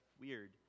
weird